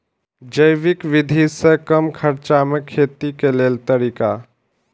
जैविक विधि से कम खर्चा में खेती के लेल तरीका?